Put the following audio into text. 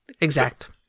exact